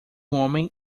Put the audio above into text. homem